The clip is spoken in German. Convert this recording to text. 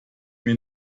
mir